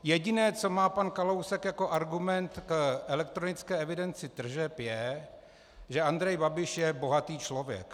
Jediné, co má pan Kalousek jako argument k elektronické evidenci tržeb, je, že Andrej Babiš je bohatý člověk.